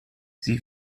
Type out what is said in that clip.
sie